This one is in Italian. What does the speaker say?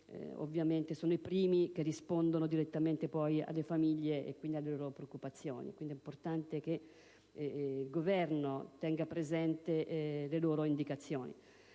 sono essi i primi che rispondono direttamente alle famiglie e alle loro preoccupazioni ed è importante che il Governo tenga presenti le loro indicazioni.